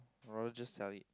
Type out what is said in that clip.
or else just sell it